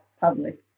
public